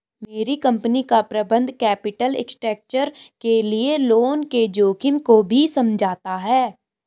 मेरी कंपनी का प्रबंधन कैपिटल स्ट्रक्चर के लिए लोन के जोखिम को भी समझता है